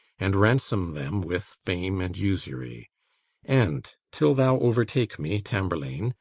and ransom them with fame and usury and, till thou overtake me, tamburlaine,